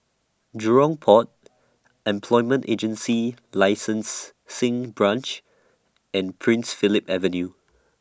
Jurong Port Employment Agency Licensing Branch and Prince Philip Avenue